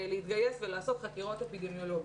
להתגייס ולעשות חקירות אפידמיולוגיות.